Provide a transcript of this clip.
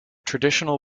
traditional